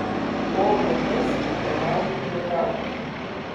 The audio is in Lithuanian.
o kol kas nepaliauk juokauti